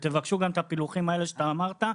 ותבקשו גם את הפילוחים האלה שאתה אמרת,